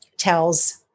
tells